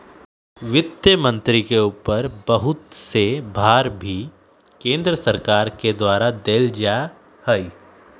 वित्त मन्त्री के ऊपर बहुत से भार भी केन्द्र सरकार के द्वारा देल जा हई